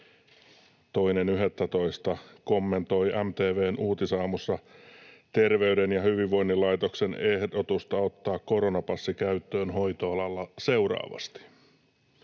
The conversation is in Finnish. Silja Paavola 2.11. kommentoi MTV:n Uutisaamussa Terveyden ja hyvinvoinnin laitoksen ehdotusta ottaa koronapassi käyttöön hoitoalalla seuraavasti: